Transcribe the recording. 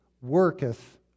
worketh